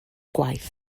gwaith